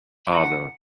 other